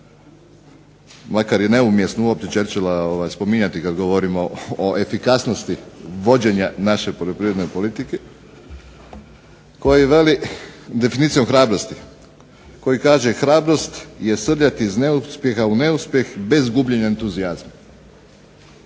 makar je neumjesno spominjati Churchilla kada govorimo o efikasnosti vođenja naše poljoprivredne politike koji veli, definicijom hrabrosti, koji kaže: "Hrabrost je srljati iz neuspjeha u neuspjeh bez gubljenja entuzijazma".